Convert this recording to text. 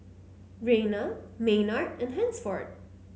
Rayna Maynard and Hansford